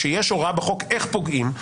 שיש הוראה בחוק איך פוגעים,